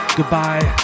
goodbye